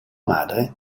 madre